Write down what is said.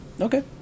okay